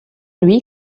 lui